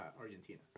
Argentina